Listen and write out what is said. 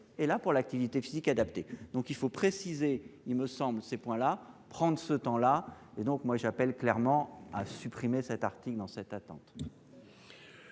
et là pour l'activité physique adaptée, donc, il faut préciser, il me semble. Ces points la prendre ce temps là et donc moi j'appelle clairement à supprimer cet article dans cet attentat.